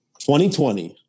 2020